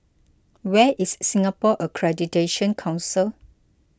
where is Singapore Accreditation Council